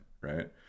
right